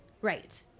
Right